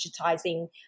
digitizing